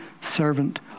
servant